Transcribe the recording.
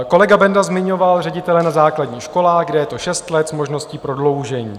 Kolega Benda zmiňoval ředitele na základních školách, kde je to šest let s možností prodloužení.